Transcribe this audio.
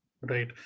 Right